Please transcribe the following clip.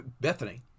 Bethany